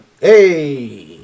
Hey